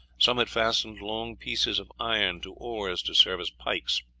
some had fastened long pieces of iron to oars to serve as pikes.